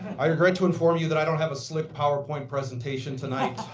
i regret to inform you that i don't have a slick power point presentation tonight,